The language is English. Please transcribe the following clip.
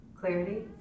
clarity